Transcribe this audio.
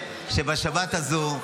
בשבת הזו,